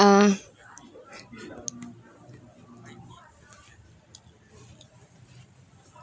uh